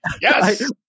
Yes